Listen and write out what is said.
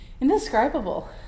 indescribable